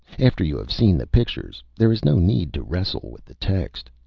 after you have seen the pictures there is no need to wrestle with the text.